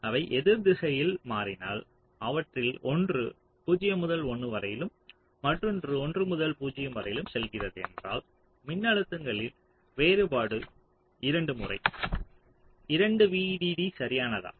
ஆனால் அவை எதிர் திசையில் மாறினால் அவற்றில் ஒன்று 0 முதல் 1 வரையிலும் மற்றொன்று 1 முதல் 0 வரையிலும் செல்கிறது என்றால் மின்னழுத்தங்களின் வேறுபாடு இரண்டு முறை 2 VDD சரியானதா